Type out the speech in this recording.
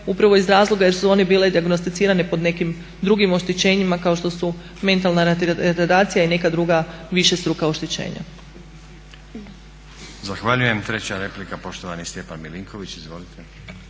upravo iz razloga jer su one bili dijagnosticirane pod nekim drugim oštećenjima kao što su mentalna retardacija i neka druga višestruka oštećenja. **Stazić, Nenad (SDP)** Zahvaljujem. Treća replika poštovani Stjepan Milinković.